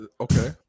okay